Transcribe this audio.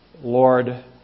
Lord